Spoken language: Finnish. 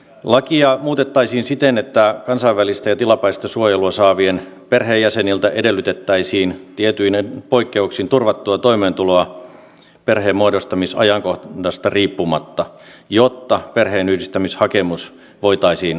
lakia muutettaisiin siten että kansainvälistä ja tilapäistä suojelua saavien perheenjäseniltä edellytettäisiin tietyin poikkeuksin turvattua toimeentuloa perheenmuodostamisajankohdasta riippumatta jotta perheenyhdistämishakemus voitaisiin hyväksyä